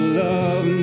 love